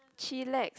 chillax